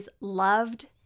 loved